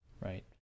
right